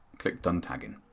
click done tagging.